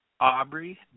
Aubrey